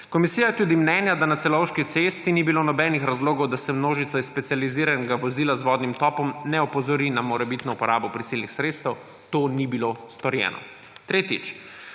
komisija je tudi mnenja, da na Celovški cesti ni bilo nobenih razlogov, da se množice iz specializiranega vozila z vodnim topom ne opozori na morebitno uporabo prisilnih sredstev. To ni bilo storjeno. Tretjič,